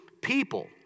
people